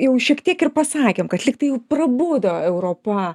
jau šiek tiek ir pasakėm kad lygtai jau prabudo europa